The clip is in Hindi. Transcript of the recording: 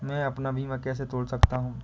मैं अपना बीमा कैसे तोड़ सकता हूँ?